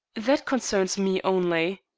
that concerns me only.